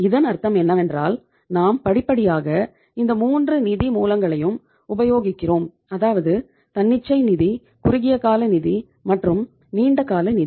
இதன் அர்த்தம் என்னவென்றால் நாம் படிப்படியாக இந்த மூன்று நிதி மூலங்களையும் உபயோகிக்கிறோம் அதாவது தன்னிச்சை நிதி குறுகிய கால நிதி மற்றும் நீண்ட கால நிதி